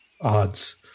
odds